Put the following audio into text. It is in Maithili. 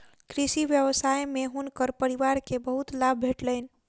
कृषि व्यवसाय में हुनकर परिवार के बहुत लाभ भेटलैन